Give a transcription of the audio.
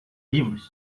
livros